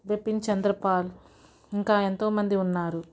బిపిన్ చంద్రపాల్ ఇంకా ఇంతో మంది ఉన్నారు